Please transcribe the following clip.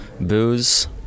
booze